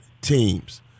teams